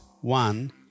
One